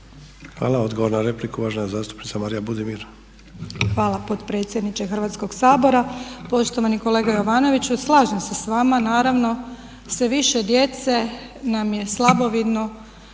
Hvala. Odgovor na repliku uvažena zastupnica Marija Budimir. **Budimir, Marija (HDZ)** Hvala potpredsjedniče Hrvatskog sabora. Poštovani kolega Jovanoviću, slažem se sa vama naravno. Sve više djece nam je slabovidno